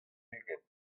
ugent